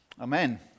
Amen